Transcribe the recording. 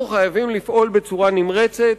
אנחנו חייבים לפעול בצורה נמרצת.